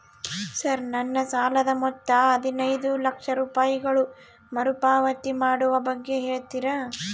Sir ನನ್ನ ಸಾಲದ ಮೊತ್ತ ಹದಿನೈದು ಲಕ್ಷ ರೂಪಾಯಿಗಳು ಮರುಪಾವತಿ ಮಾಡುವ ಬಗ್ಗೆ ಹೇಳ್ತೇರಾ?